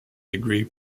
degree